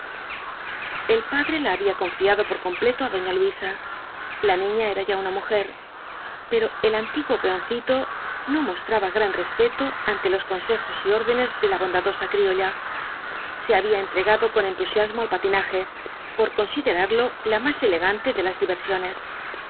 había confiado por completo á doña luisa la niña era ya una mujer pero el antiguo peoncito no mostraba gran respeto ante los consejos y órdenes de la bondadosa criolla se había entregado con entusiasmo al patinaje por considerarlo la más elegante de las diversiones